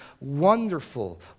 wonderful